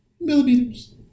millimeters